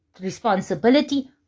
responsibility